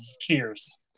Cheers